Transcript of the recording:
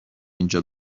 اینجا